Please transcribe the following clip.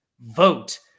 vote